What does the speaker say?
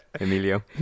Emilio